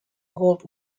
gold